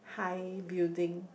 high building